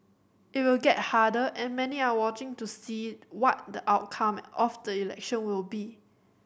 it will get harder and many are watching to see what the outcome of the election will be